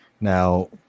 Now